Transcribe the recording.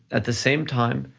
at the same time,